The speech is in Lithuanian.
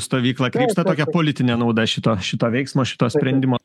stovyklą krypsta tokia politinė nauda šito šito veiksmo šito sprendimo